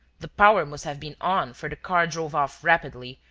the power must have been on, for the car drove off rapidly,